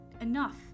enough